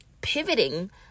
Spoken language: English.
pivoting